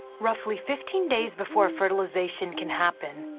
roughly fifteen days before fertilization can happen,